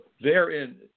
therein